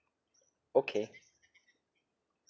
okay